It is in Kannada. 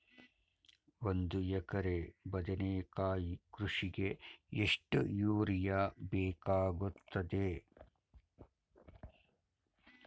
ಒಂದು ಎಕರೆ ಬದನೆಕಾಯಿ ಕೃಷಿಗೆ ಎಷ್ಟು ಯೂರಿಯಾ ಬೇಕಾಗುತ್ತದೆ?